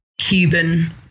Cuban